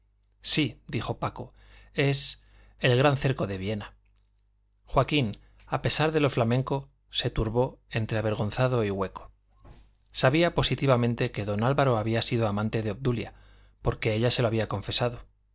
la viudita sí dijo paco es el gran cerco de viena joaquín a pesar de lo flamenco se turbó entre avergonzado y hueco sabía positivamente que don álvaro había sido amante de obdulia porque ella se lo había confesado